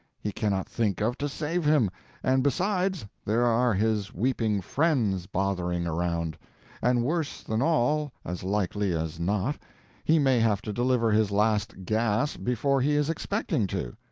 he cannot think of to save him and besides there are his weeping friends bothering around and worse than all as likely as not he may have to deliver his last gasp before he is expecting to.